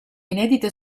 inedite